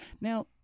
now